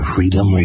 Freedom